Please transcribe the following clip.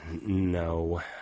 no